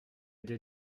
des